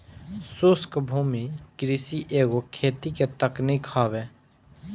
शुष्क भूमि कृषि एगो खेती के तकनीक हवे